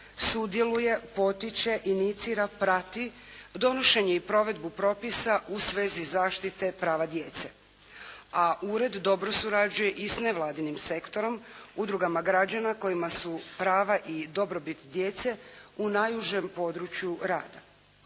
sudjeluje, potiče, inicira, prati donošenje i provedbu propisa u svezi zaštite prava djece, a ured dobro surađuje i s nevladinim sektorom, udrugama građana kojima su prava i dobrobit djece u najužem području rada.